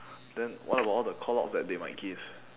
then what about all the callouts that they might give